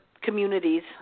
communities